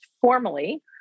formally